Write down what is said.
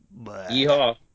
Yeehaw